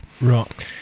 Right